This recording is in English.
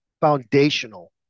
foundational